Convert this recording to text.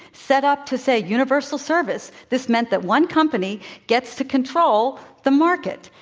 set up to say universal service. this meant that one company gets to control the market,